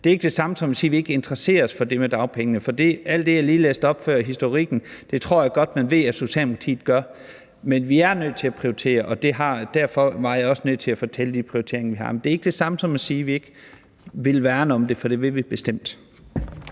Det er ikke det samme som at sige, at vi ikke interesserer os for det med dagpengene – alt det, jeg lige læste op før, altså historikken – for det tror jeg godt man ved at Socialdemokratiet gør. Men vi er nødt til at prioritere, og derfor var jeg også nødt til at fortælle om de prioriteringer, vi har. Men det er ikke det samme som at sige, at vi ikke vil værne om det, for det vil vi bestemt.